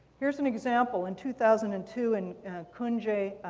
here's an example in two thousand and two in kunji,